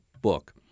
book